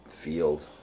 Field